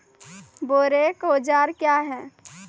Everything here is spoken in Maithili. बोरेक औजार क्या हैं?